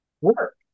work